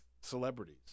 celebrities